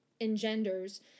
engenders